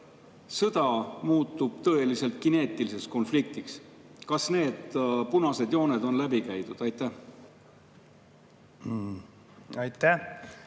sõda muutub tõeliselt kineetiliseks konfliktiks. Kas need punased jooned on läbi käidud? Aitäh! Mis